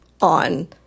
on